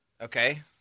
Okay